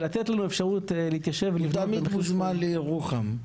ולתת לנו אפשרות להתיישב- -- הוא תמיד מוזמן לירוחם.